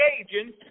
engaging